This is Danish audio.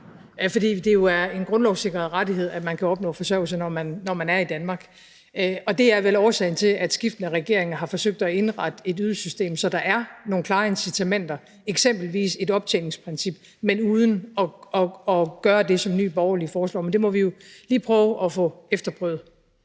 For det er jo en grundlovssikret rettighed, at man kan opnå forsørgelse, når man er i Danmark, og det er vel årsagen til, at skiftende regeringer har forsøgt at indrette et ydelsessystem, så der er nogle klare incitamenter, eksempelvis et optjeningsprincip, men uden at gøre det, som Nye Borgerlige foreslår. Men det må vi jo lige prøve at få efterprøvet.